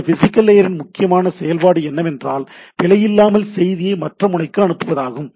இந்த பிசிகல் லேயரின் முக்கியமான செயல்பாடு என்னவென்றால் பிழையில்லாமல் செய்தியை மற்ற முனைக்கு அனுப்புவதாகும்